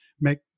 make